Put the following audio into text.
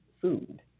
food